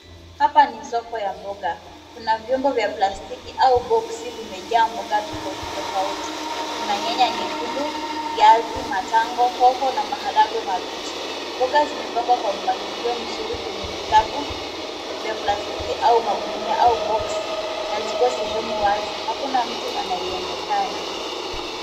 Hapa ni soko ya mboga. Kuna vyombo vya plastiki au boksi vimejaa mboga tofauti tofauti. Kuna nyanya nyekundu, viazi, matango, hoho na maharagwe mabichi. Mboga zimepangwa kwa mpangilio mzuri kwenye vikapu vya plastiki au magunia au boksi na ziko sehemu wazi, hakuna mtu anayeonekana.